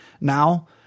Now